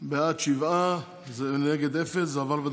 הראה לו את הים,